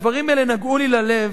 הדברים האלה נגעו לי ללב,